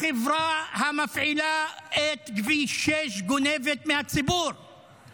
החברה המפעילה את כביש 6 גונבת מהציבור,